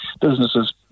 businesses